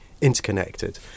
interconnected